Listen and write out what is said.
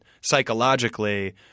psychologically –